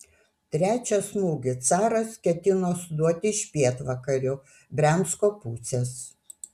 trečią smūgį caras ketino suduoti iš pietvakarių briansko pusės